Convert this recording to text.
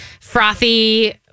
frothy